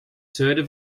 zuiden